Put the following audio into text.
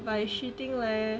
by shooting leh